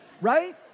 right